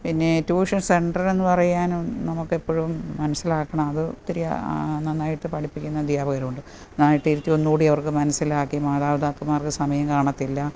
പിന്നെ ട്യൂഷൻ സെൻ്ററെന്നു പറയാനും നമുക്കെപ്പോഴും മനസ്സിലാക്കണം അത് ഒത്തിരി നന്നായിട്ട് പഠിപ്പിക്കുന്ന അദ്ധ്യാപകരുണ്ട് നന്നായിട്ടിരുത്തി ഒന്നുകൂടിയവർക്ക് മനസ്സിലാക്കി മാതാപിതാക്കന്മാർക്ക് സമയം കാണത്തില്ല